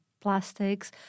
plastics